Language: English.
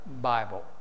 Bible